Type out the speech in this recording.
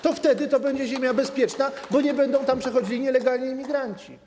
To wtedy to będzie ziemia bezpieczna, bo nie będą tam przechodzili nielegalni imigranci.